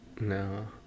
No